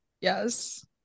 yes